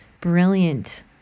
brilliant